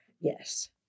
Yes